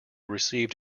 received